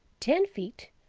ten feet,